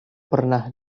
pernah